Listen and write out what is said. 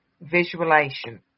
visualization